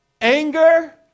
anger